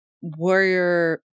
warrior